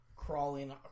crawling